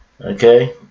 okay